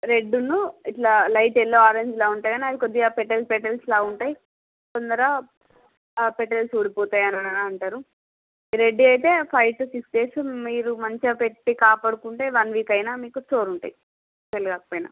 red ను ఇట్లా light yellow orange లాగా ఉంటాయి అవి కొద్దిగా పెటల్స్ పెటల్స్ లాగా ఉంటాయి తొందర ఆ పెటల్స్ ఊడిపోతాయి ఆన్ అంటారు రెడ్ అయితే ఫైవ్ టు సిక్స్ డేస్ మీరు మంచిగా పెట్టి కాపాడుకుంటే వన్ వీక్ అయినా మీకు స్టోర్ ఉంటాయి సేల్ కాకపోయిన